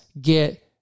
get